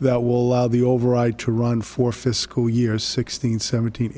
that will allow the override to run for fiscal year sixteen seventeen